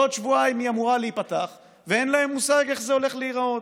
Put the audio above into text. בעוד שבועיים היא אמורה להיפתח ואין להם מושג איך זה הולך להיראות.